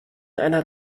einer